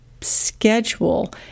schedule